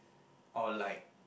or like